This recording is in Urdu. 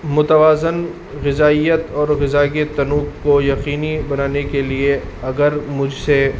متوازن غذائیت اور غذا کی تنوع کو یقینی بنانے کے لیے اگر مجھ سے